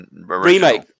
remake